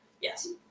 Yes